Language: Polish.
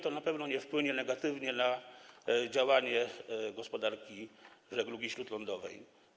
To na pewno nie wpłynie negatywnie na działanie gospodarki, żeglugi śródlądowej.